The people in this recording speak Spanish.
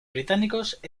británicos